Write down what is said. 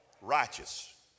Righteous